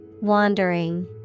Wandering